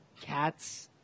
cats